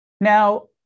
Now